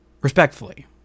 respectfully